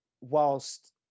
whilst